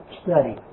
study